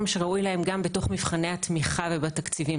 שראוי להם גם בתוך מבחני התמיכה ובתקציבים.